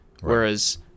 Whereas